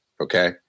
Okay